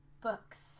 books